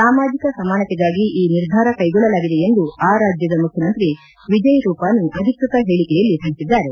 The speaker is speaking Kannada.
ಸಾಮಾಜಿಕ ಸಮಾನತೆಗಾಗಿ ಈ ನಿರ್ಧಾರ ಕ್ವೆಗೊಳ್ಳಲಾಗಿದೆ ಎಂದು ಆ ರಾಜ್ಯದ ಮುಖ್ಯಮಂತ್ರಿ ವಿಜಯ್ ರೂಪಾನಿ ಅಭಿಕ್ವತ ಹೇಳಕೆಯಲ್ಲ ತಿಳಸಿದ್ದಾರೆ